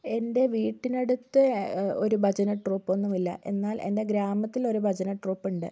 എൻ്റെ വീട്ടിനടുത്ത് ഒരു ഭജന ട്രൂപ്പൊന്നും ഇല്ല എന്നാൽ എൻ്റെ ഗ്രാമത്തിലൊരു ഭജന ട്രൂപ്പുണ്ട്